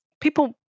People